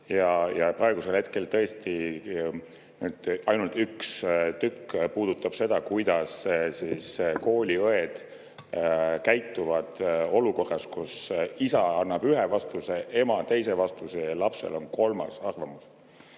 Praegusel hetkel tõesti ainult üks tükk puudutab seda, kuidas kooliõed käituvad olukorras, kus isa annab ühe vastuse, ema teise vastuse ja lapsel on kolmas arvamus.